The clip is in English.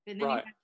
Right